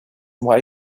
why